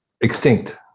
extinct